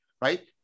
right